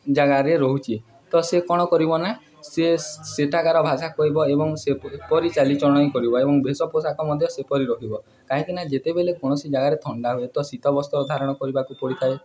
ଜାଗାରେ ରହୁଛି ତ ସେ କ'ଣ କରିବ ନା ସେ ସେଠାକାରାର ଭାଷା କହିବ ଏବଂ ସେପରି ଚାଲିଚଲଣ ହିଁ କରିବ ଏବଂ ବେଷ ପୋଷାକ ମଧ୍ୟ ସେପରି ରହିବ କାହିଁକିନା ଯେତେବେଳେ କୌଣସି ଜାଗାରେ ଥଣ୍ଡା ହୁଏ ତ ଶୀତ ବସ୍ତ୍ର ଧାରଣ କରିବାକୁ ପଡ଼ିଥାଏ